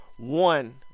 one